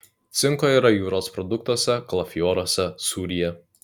cinko yra jūros produktuose kalafioruose sūryje